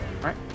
right